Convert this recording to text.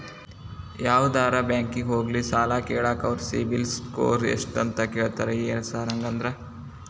ಯಾವದರಾ ಬ್ಯಾಂಕಿಗೆ ಹೋಗ್ಲಿ ಸಾಲ ಕೇಳಾಕ ಅವ್ರ್ ಸಿಬಿಲ್ ಸ್ಕೋರ್ ಎಷ್ಟ ಅಂತಾ ಕೇಳ್ತಾರ ಏನ್ ಸಾರ್ ಹಂಗಂದ್ರ?